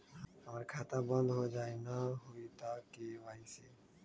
हमर खाता बंद होजाई न हुई त के.वाई.सी?